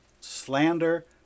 slander